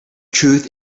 truth